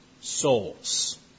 souls